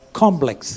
complex